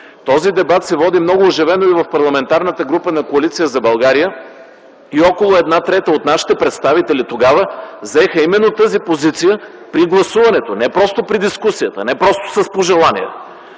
Този дебат се води много оживено и в Парламентарна група на Коалиция за България и около една трета от нашите представители тогава взеха именно тази позиция при гласуването – не просто при дискусията, не просто с пожелание.